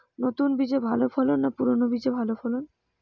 নতুন বীজে ভালো ফলন না পুরানো বীজে ভালো ফলন?